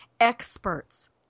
experts